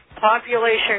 Population